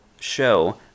show